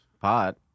pot